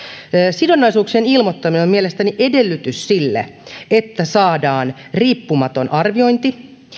sidonnaisuuksien ilmoittaminen on mielestäni edellytys sille että saadaan riippumaton arviointi